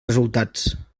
resultats